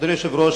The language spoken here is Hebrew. אדוני היושב-ראש,